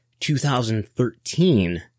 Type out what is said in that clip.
2013